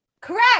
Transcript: Correct